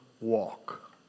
walk